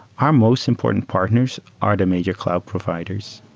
our most important partners are the major cloud providers.